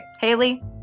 Haley